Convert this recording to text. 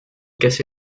cassé